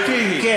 שאלתי היא,